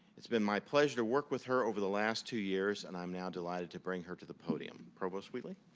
it's been my pleasure to work with her over the last two years. and i'm now delighted to bring her to the podium. provost wheatly.